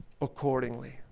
accordingly